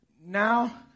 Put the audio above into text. now